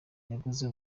yaguze